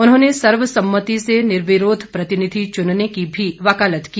उन्होंने सर्वसम्मती से निर्विरोध प्रतिनिधि चुनने की भी वकालत की